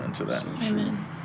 Amen